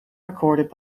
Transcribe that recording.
recorded